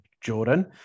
Jordan